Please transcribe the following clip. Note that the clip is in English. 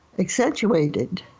accentuated